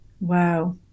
Wow